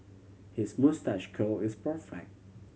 his moustache curl is perfect